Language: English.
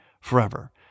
forever